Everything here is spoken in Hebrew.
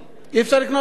אי-אפשר לקנות דירה,